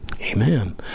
amen